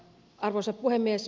arvoisa puhemies